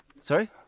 sorry